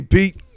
Pete